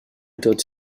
tots